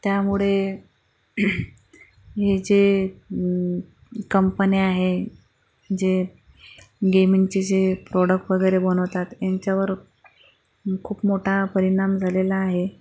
त्यामुळे हे जे कंपन्या आहे जे गेमिंगचे जे प्रोडक्ट वगैरे बनवतात यांच्यावरून खूप मोठा परिणाम झालेला आहे